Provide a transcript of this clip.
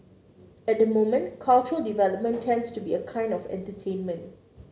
at the moment cultural development tends to be a kind of entertainment